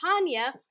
Tanya